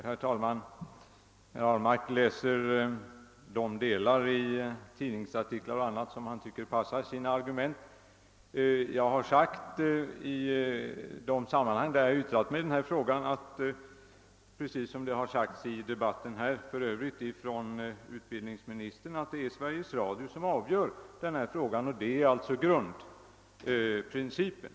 Herr talman! Herr Ahlmark läser endast de delar av tidningsartiklar och annat som han tycker passar sina argument. Jag har i de sammanhang, där jag yttrat mig om det problem vi diskuterar, sagt — för övrigt i likhet med vad också utbildningsministern framhållit i denna debatt — att det är Sveriges Radio som avgör denna fråga. Det är alltså grundprincipen.